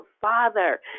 father